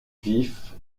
vif